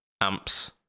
amps